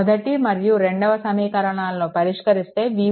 మొదటి మరియు రెండవ సమీకరణాలను పరిష్కరిస్తే v1 10